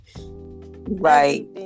Right